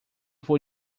vou